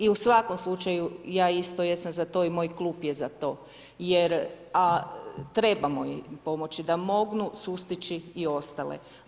I u svakom slučaju ja isto jesam za to i moj klub je za to jer trebamo pomoći da mognu sustići i ostale.